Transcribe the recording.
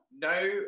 No